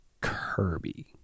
Kirby